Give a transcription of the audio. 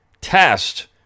test